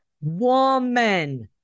woman